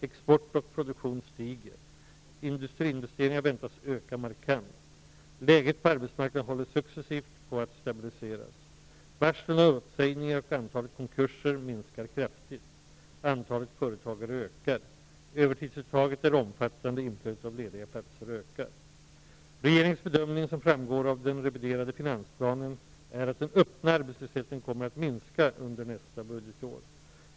Export och produktion stiger. Industriinvesteringarna väntas öka markant. Läget på arbetsmarknaden håller successivt på att stabiliseras. Varslen om uppsägningar och antalet konkurser minskar kraftigt. Antalet företagare ökar. Övertidsuttaget är omfattande. Inflödet av lediga platser ökar. Regeringens bedömning, som framgår av den reviderade finansplanen, är att den öppna arbetslösheten kommer att minska under nästa budgetår.